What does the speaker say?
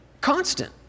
Constant